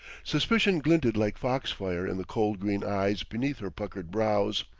suspicion glinted like foxfire in the cold green eyes beneath her puckered brows.